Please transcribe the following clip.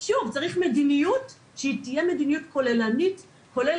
שוב, צריך מדיניות שתהיה כוללנית, כולל